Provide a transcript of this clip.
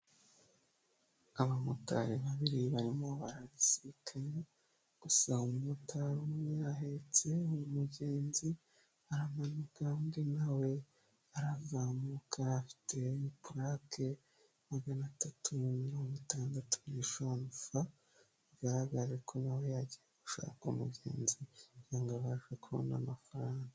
Abamotari babiri barimo barasikanya, gusa umumotari umwe yahetse umugenzi aramanuka, undi na we arazamuka afite plake magana atatu mirongo itandatu bigaragare ko na we yagiye gushaka umugenzi kugira ngo abashe kubona amafaranga.